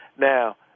Now